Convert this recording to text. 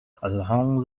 along